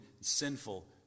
sinful